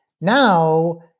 now